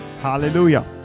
Hallelujah